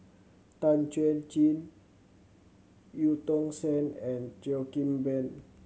Tan Chuan Jin Eu Tong Sen and Cheo Kim Ban